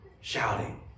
shouting